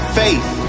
faith